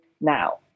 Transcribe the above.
now